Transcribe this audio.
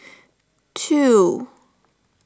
two